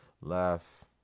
Laugh